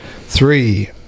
Three